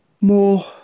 more